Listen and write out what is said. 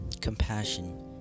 compassion